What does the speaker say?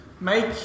Make